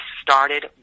started